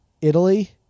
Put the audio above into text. Italy